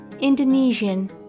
Indonesian